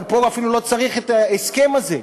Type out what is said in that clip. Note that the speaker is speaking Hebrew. אבל פה אפילו לא צריך את ההסכם הזה.